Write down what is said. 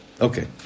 Okay